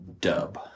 Dub